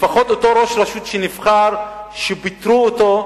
לפחות אותו ראש רשות שנבחר ופיטרו אותו,